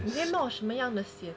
你会冒什么样的险